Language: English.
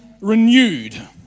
renewed